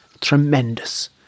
tremendous